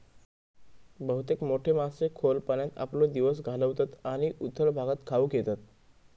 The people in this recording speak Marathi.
बहुतेक मोठे मासे खोल पाण्यात आपलो दिवस घालवतत आणि उथळ भागात खाऊक येतत